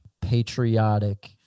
patriotic